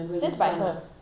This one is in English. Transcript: that's by her